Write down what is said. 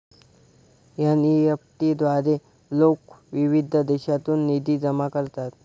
NEFT द्वारे लोक विविध देशांतून निधी जमा करतात